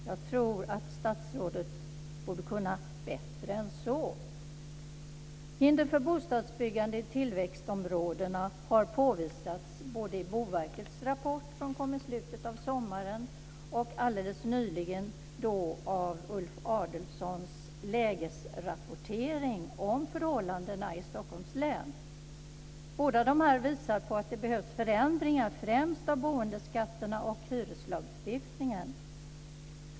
Jag tror att statsrådet kan bättre än så. Hinder för bostadsbyggande i tillväxtområdena har påvisats både i Boverkets rapport som kom i slutet av sommaren och alldeles nyligen av Ulf Adelsohns lägesrapportering om förhållandena i Stockholms län. Båda dessa rapporter visar att det behövs förändringar, främst av boendeskatterna och hyreslagstiftningen.